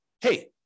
hey